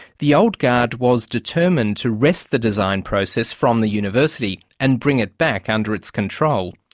the old guard was determined to wrest the design process from the university, and bring it back under its control.